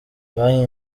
banki